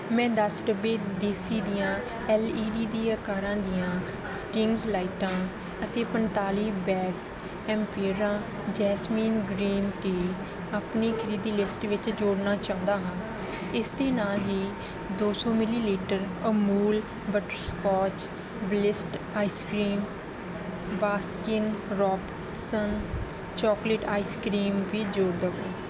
ਮੈਂ ਦਸ ਡੱਬੇ ਦੇਸੀਦੀਆਂ ਐੱਲ ਈ ਡੀ ਦੀਆ ਆਕਾਰ ਦੀਆਂ ਸਟ੍ਰਿੰਗਜ਼ ਲਾਈਟਾਂ ਅਤੇ ਪੰਤਾਲੀ ਬੈਗਜ਼ ਐਮਪੀਰੀਆ ਜੈਸਮੀਨ ਗ੍ਰੀਨ ਟੀ ਅਪਣੀ ਖਰੀਦੀ ਲਿਸਟ ਵਿੱਚ ਜੋੜਨਾ ਚਾਹੁੰਦਾ ਹਾਂ ਇਸ ਦੇ ਨਾਲ ਹੀ ਦੋ ਸੌ millilitre Amul butterscotch bliss ice cream Baskin Robbins chocolate ice cream ਵੀ ਜੋੜ ਦੇਵੋ